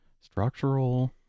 Structural